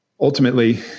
ultimately